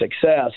success